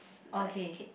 okay